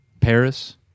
paris